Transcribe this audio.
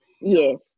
Yes